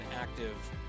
active